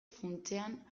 funtsean